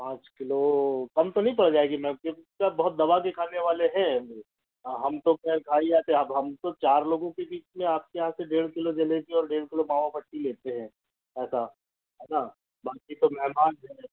पाँच किलो कम तो नहीं पड़ जाएगी मैम क्योंकि सब बहुत दबा के खाने वाले हैं हाँ हम तो ख़ैर खा ही जाते अब हम तो चार लोगों के बीच में आपके यहाँ से डेढ़ किलो जलेबी और डेढ़ किलो मावा बाटी लेते हैं ऐसा है ना बाक़ी तो मेहमान है